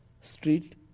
street